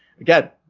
again